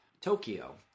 Tokyo